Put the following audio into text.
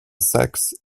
saxe